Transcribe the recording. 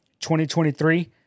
2023